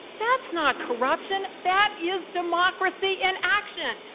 that's not corruption. that is democracy in action.